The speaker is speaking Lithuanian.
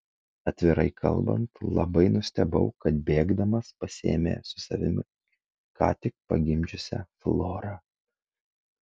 atvirai kalbant labai nustebau kad bėgdamas pasiėmė su savimi ką tik pagimdžiusią florą